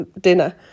dinner